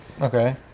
okay